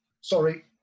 Sorry